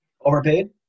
Overpaid